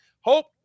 hope